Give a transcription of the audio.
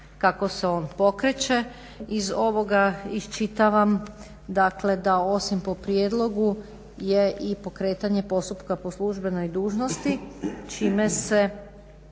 kako se on pokreće. Iz ovoga iščitavam, dakle da osim po prijedlogu je i pokretanje postupka po službenoj dužnosti čime se,